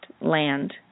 land